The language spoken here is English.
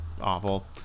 awful